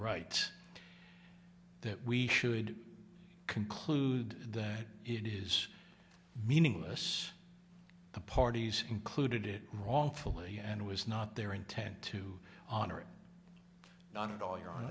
right that we should conclude that it is meaningless the parties included it wrongfully and was not their intent to honor it not at all you're on